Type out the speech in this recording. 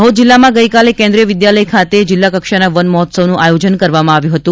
દાહોદ જિલ્લામાં ગઈકાલે કેન્દ્રીય વિદ્યાલય ખાતે જિલ્લા કક્ષાના વન મહોત્સવ નું આયોજન કરવામાં આવ્યું હતું